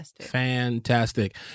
Fantastic